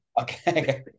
Okay